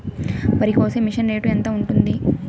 వరికోసే machine rate ఎంత ఉంటుంది?